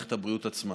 למערכת הבריאות עצמה.